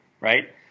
right